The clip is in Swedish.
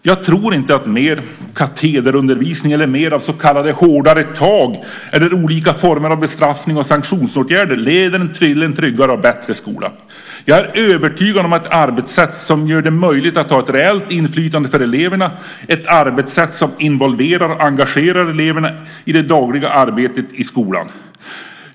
Jag tror inte att mer katederundervisning, mer av så kallade hårdare tag eller olika former av bestraffnings och sanktionsåtgärder leder till en tryggare och bättre skola. Jag är övertygad om fördelen med ett arbetssätt som gör det möjligt att ha ett reellt inflytande för eleverna, ett arbetssätt som involverar och engagerar eleverna i det dagliga arbetet i skolan.